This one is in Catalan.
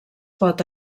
pot